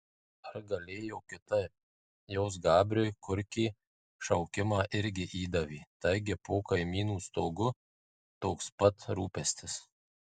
ar galėjo kitaip jos gabriui kurkė šaukimą irgi įdavė taigi po kaimynų stogu toks pat rūpestis